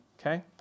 Okay